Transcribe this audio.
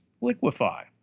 liquefy